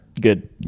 Good